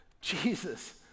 Jesus